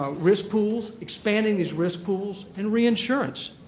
ah risk pools, expanding these risk pools, and reinsurance.